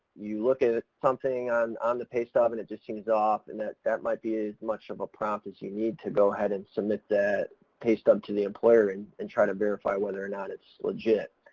you look at something on, on the pay stub and it just seems off, and that, that might be as much of a prompt as you need to go ahead and submit that pay stub to the employer and and try to verify whether or not it's legit.